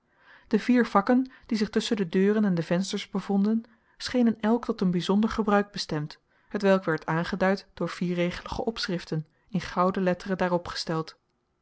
de vier vakken die zich tusschen de deuren en de vensters bevonden schenen elk tot een bijzonder gebruik bestemd hetwelk werd aangeduid door vierregelige opschriften in gouden letteren daarop gesteld